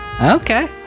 Okay